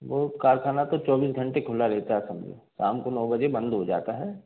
वो कारखाना तो चौबीस घंटे खुला रहता है आप समझो शाम को नौ बजे बंद हो जाता है